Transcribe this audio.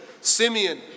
Simeon